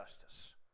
justice